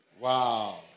Wow